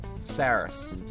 Saris